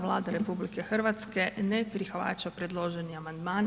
Vlada RH ne prihvaća predloženi amandman.